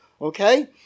Okay